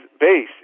base